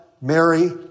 Mary